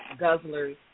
guzzlers